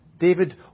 David